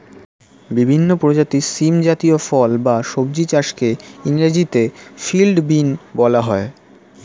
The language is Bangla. বিভিন্ন প্রজাতির শিম জাতীয় ফল বা সবজি চাষকে ইংরেজিতে ফিল্ড বিন বলা হয়